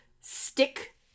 stick